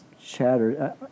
shattered